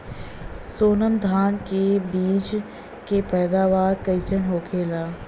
सोनम धान के बिज के पैदावार कइसन होखेला?